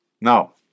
Now